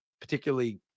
particularly